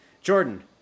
Jordan